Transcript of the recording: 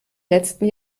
letzten